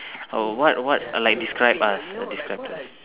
oh what what like describe us describe to us